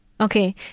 Okay